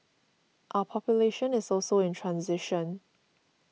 our population is also in transition